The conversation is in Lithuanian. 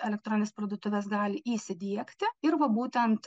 elektroninės parduotuvės gali įsidiegti ir va būtent